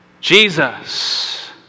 Jesus